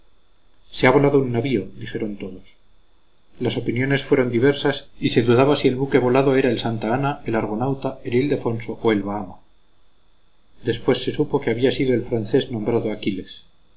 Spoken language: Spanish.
se ha volado un navío dijeron todos las opiniones fueron diversas y se dudaba si el buque volado era el santa ana el argonauta el ildefonso o el bahama después se supo que había sido el francés nombrado achilles